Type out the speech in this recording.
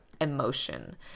emotion